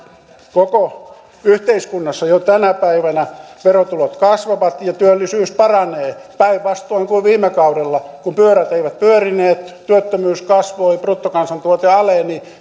koko yhteiskunnassa jo tänä päivänä verotulot kasvavat ja työllisyys paranee päinvastoin kuin viime kaudella kun pyörät eivät pyörineet työttömyys kasvoi bruttokansantuote aleni